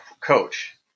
coach